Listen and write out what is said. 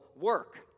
work